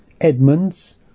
Edmund's